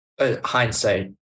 hindsight